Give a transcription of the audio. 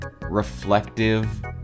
reflective